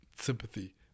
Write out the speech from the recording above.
sympathy